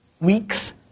weeks